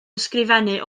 ysgrifennu